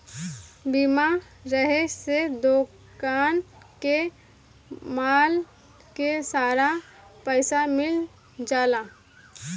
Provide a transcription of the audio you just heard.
बीमा रहे से दोकान के माल के सारा पइसा मिल जाला